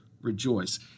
rejoice